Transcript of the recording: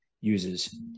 uses